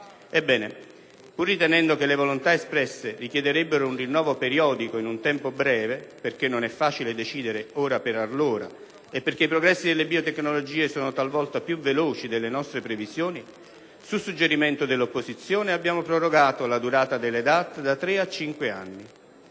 Ebbene, pur ritenendo che le volontà espresse richiederebbero un rinnovo periodico in un tempo breve, perché non è facile decidere ora per allora e perché i progressi delle biotecnologie sono talvolta più veloci delle nostre previsioni, su suggerimento dell'opposizione abbiamo prorogato la durata delle DAT da tre a cinque anni.